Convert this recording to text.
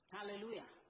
Hallelujah